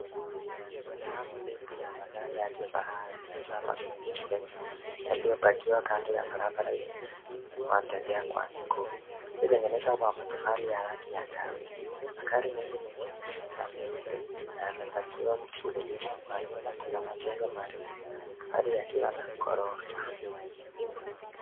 Hii ni safu ndefu ya magari ya kifahari, hasaa Mercedes Benz, yaliyo pakiwa kando ya barabara yenye wanatembea kwa miguu, iliyotengenezwa kwa matofali ya rangi ya kahawia. Magari mengi ni meusi na meupe na yamepakiwa mfululizo. Kwa nyuma kuna majengo marefu, mbali yakiwa na ghorofa.